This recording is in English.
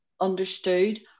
understood